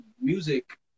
music